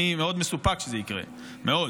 אני מאוד מסופק שזה יקרה, אבל